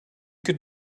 could